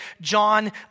John